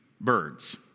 birds